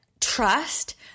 trust